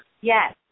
Yes